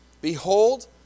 Behold